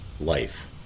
Life